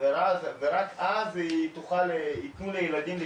ורק אז ייתנו לילדים להיכנס.